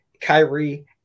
Kyrie